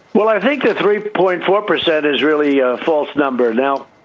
well, i think the three point four percent is really a false number. now,